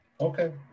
Okay